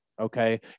Okay